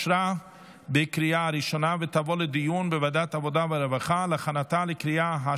לוועדת העבודה והרווחה נתקבלה.